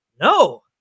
No